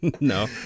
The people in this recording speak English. No